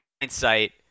hindsight